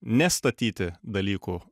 nestatyti dalykų